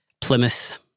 Plymouth